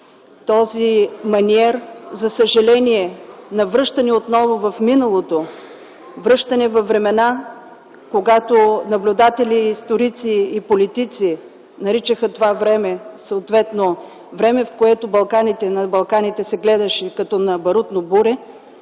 този маниер, за съжаление, отново ни връща в миналото, връща ни във времена, когато наблюдатели, историци и политици наричаха това време съответно време, в което на Балканите се гледаше като на барутно буре,